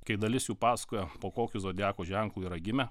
kai dalis jų pasakojo po kokiu zodiako ženklu yra gimę